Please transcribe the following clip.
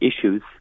issues